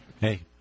Hey